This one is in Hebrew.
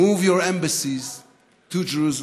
Move your embassies to Jerusalem.